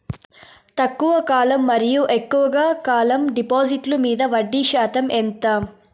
తక్కువ కాలం మరియు ఎక్కువగా కాలం డిపాజిట్లు మీద వడ్డీ శాతం ఎంత?